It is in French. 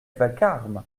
vacarme